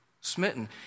smitten